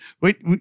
wait